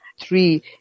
Three